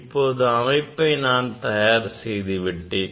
இப்போது அமைப்பை நான் தயார் செய்துவிட்டேன்